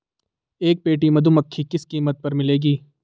एक पेटी मधुमक्खी किस कीमत पर मिलेगी?